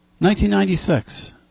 1996